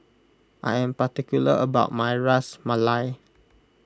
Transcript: I am particular about my Ras Malai